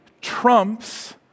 trumps